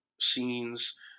scenes